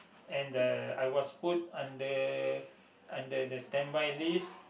and uh I was put under under the standby list